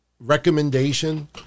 recommendation